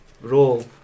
role